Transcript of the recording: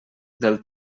del